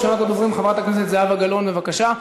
ראשונת הדוברים, חברת הכנסת זהבה גלאון, בבקשה.